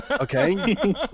Okay